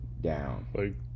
down